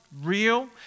real